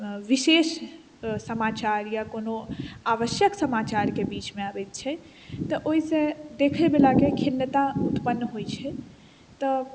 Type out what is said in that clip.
विशेष समाचार या कोनो आवश्यक समाचार के बिच मे अबै छै तऽ ओहिसे देखै वला के खिन्नता उत्पन्न होइ छै तऽ